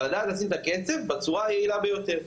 אבל לדעת לשים את הכסף בצורה היעילה ביותר.